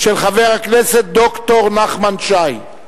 של חבר הכנסת ד"ר נחמן שי.